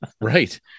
Right